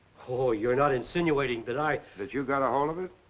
oh, you're not insinuating that i. that you got a hold of it?